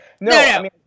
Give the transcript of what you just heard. No